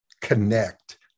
connect